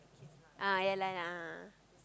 ah ya lah ah